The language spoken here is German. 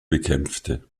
bekämpfte